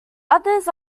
others